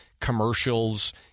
commercials